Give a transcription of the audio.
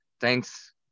thanks